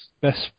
best